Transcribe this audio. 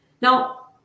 Now